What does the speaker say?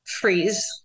freeze